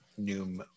Noom